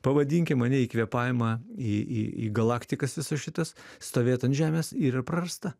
pavadinkim ane į kvėpavimą į į į galaktikas visas šitas stovėt ant žemės yra prarasta